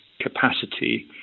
capacity